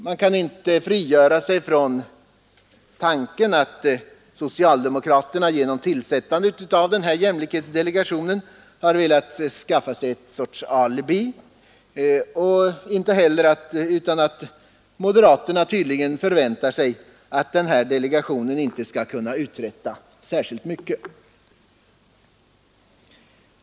Man kan inte frigöra sig från tanken att socialdemokraterna genom tillsättandet av den delegationen har velat skaffa sig ett alibi, och inte heller från tanken att moderaterna tydligen förväntar sig att delegationen inte skall kunna uträtta särskilt mycket.